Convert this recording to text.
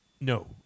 No